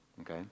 Okay